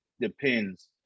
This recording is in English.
depends